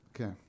okay